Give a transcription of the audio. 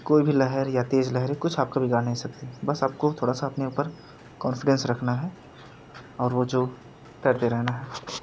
कोई भी लहर या तेज़ लहरें कुछ आपका बिगाड़ नहीं सकती बस आपको थोड़ा सा अपने ऊपर कॉन्फीडेंस रखना है और वह जो तैरते रहना है